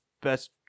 best